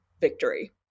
victory